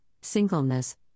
singleness